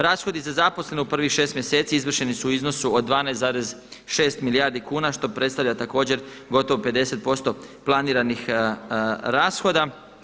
Rashodi za zaposlene u prvih 6 mjeseci izvršeni su u iznosu 12,6 milijardi kuna što predstavlja također gotovo 50% planiranih rashoda.